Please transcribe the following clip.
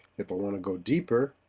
if i want to go deeper